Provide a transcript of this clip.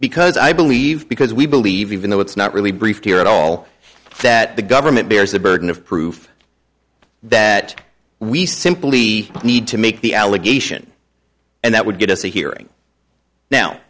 because i believe because we believe even though it's not really brief here at all that the government bears the burden of proof that we simply need to make the allegation and that would get us a hearing now